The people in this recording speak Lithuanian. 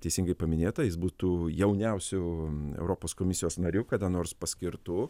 teisingai paminėta jis būtų jauniausiu europos komisijos nariu kada nors paskirtu